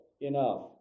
enough